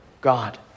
God